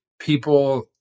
people